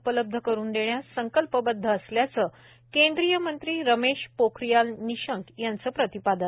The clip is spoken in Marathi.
उपलब्ध करून देण्यास संकल्पबदध असल्याचं केंद्रीय मंत्री रमेश पोखरीयाल निषंक यांचं प्रतिपादन